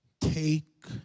Take